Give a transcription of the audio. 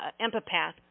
empath